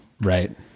Right